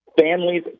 Families